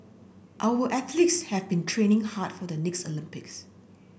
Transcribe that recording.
our athletes have been training hard for the next Olympics